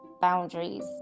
boundaries